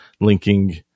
linking